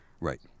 Right